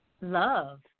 love